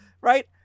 right